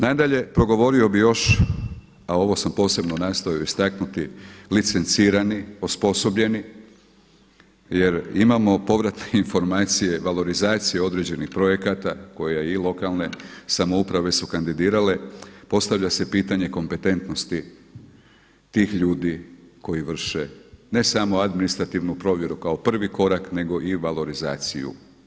Nadalje, progovorio bih još, a ovo sam posebno nastojao istaknuti licencirani, osposobljeni jer imamo povrat informacije, valorizacije određenih projekata koje i lokalne samouprave su kandidirale, postavlja se pitanje kompetentnosti tih ljudi koji vrše ne samo administrativnu provjeru kao prvi korak nego i valorizaciju.